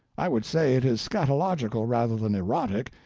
i would say it is scatalogical rather than erotic,